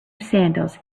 sandals